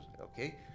Okay